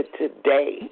today